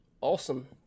Awesome